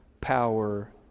power